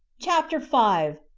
chapter five.